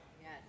Yes